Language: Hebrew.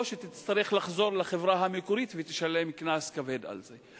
או שתצטרך לחזור לחברה המקורית ותשלם קנס כבד על זה.